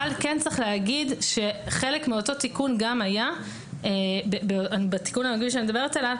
כן צריך לומר שבחלק מאותו תיקון בתיקון שאני מדברת עליו